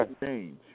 change